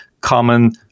common